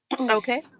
Okay